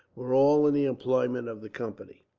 were all in the employment of the company.